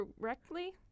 correctly